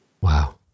Wow